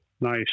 Nice